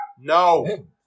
No